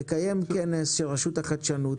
תקיים כנס של רשות החדשנות